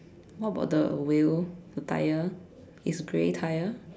what about the wheel the tyre is grey tyre